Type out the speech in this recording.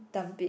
dump it